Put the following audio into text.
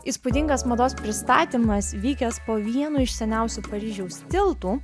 įspūdingas mados pristatymas vykęs po vienu iš seniausių paryžiaus tiltų